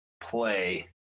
play